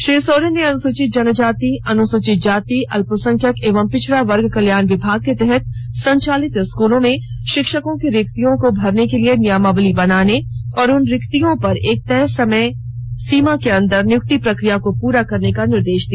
श्री सोरेन ने अनुसूचित जनजाति अनुसूचित जाति अल्पसंख्यक एवं पिछड़ा वर्ग कल्याण विमाग के तहत संचालित स्कूलों में शिक्षकों की रिक्तियां को भरने के लिए नियमावली बनाने और उन रिक्तियों पर एक तय समय सीमा के अंदर नियुक्ति प्रक्रिया को पूरा करने का निर्दे ा दिया